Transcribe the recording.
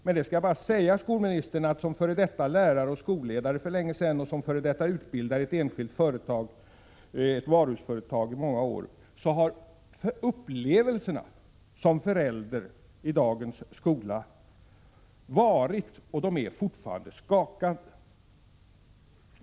Men jag vill bara säga skolministern att för mig, som varit lärare och skolledare för länge sedan och som varit utbildare i ett enskilt varuhusföretag i många år, har upplevelserna som förälder i dagens skola varit — och är fortfarande — skakande.